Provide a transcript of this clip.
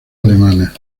alemana